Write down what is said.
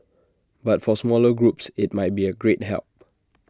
but for the smaller groups IT might be A great help